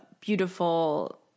beautiful